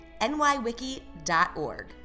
nywiki.org